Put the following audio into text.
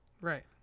Right